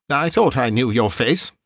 but i thought i knew your face,